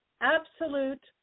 absolute